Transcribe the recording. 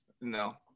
no